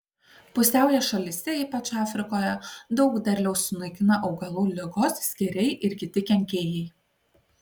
pusiaujo šalyse ypač afrikoje daug derliaus sunaikina augalų ligos skėriai ir kiti kenkėjai